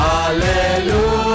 Hallelujah